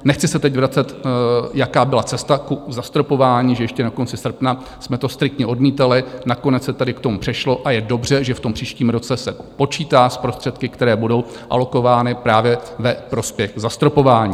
Nechci se teď vracet, jaká byla cesta k zastropování, že ještě na konci srpna jsme to striktně odmítali, nakonec se tady k tomu přešlo, a je dobře, že v příštím roce se počítá s prostředky, které budou alokovány právě ve prospěch zastropování.